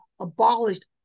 abolished